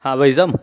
हाँ भाई साहब